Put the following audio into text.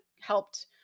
helped